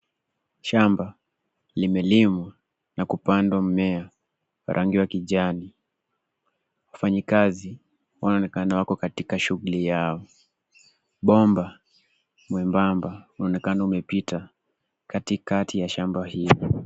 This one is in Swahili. Shamba limelimwa na kupandwa mmea wa rangi wa kijani. Wafanyakazi wanaonekana wako katika shughuli yao. Bomba mwembamba unaonekana umepita katikati ya shamba hilo.